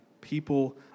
people